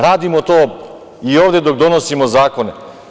Radimo to i ovde dok donosimo zakone.